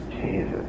Jesus